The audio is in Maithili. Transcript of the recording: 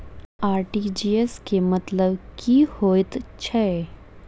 आर.टी.जी.एस केँ मतलब की हएत छै?